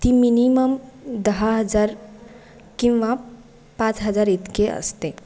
ती मिनीमम दहा हजार किंवा पाच हजार इतके असते